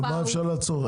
אבל מה אפשר לעצור?